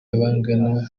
abaganga